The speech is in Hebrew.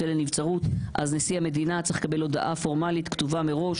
לנבצרות אז נשיא המדינה צריך לקבל הודעה פורמלית כתובה מראש